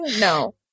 No